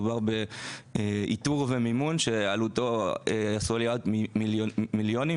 מדובר באיתור ומימון שעלותו עשויה להיות במיליונים,